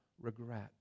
regret